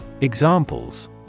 Examples